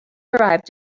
arrived